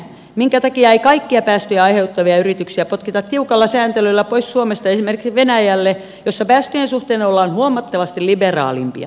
minkä takia ei kaikkia päästöjä aiheuttavia yrityksiä potkita tiukalla sääntelyllä pois suomesta esimerkiksi venäjälle missä päästöjen suhteen ollaan huomattavasti liberaalimpia